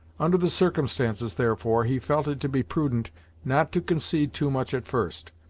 under the circumstances, therefore, he felt it to be prudent not to concede too much at first,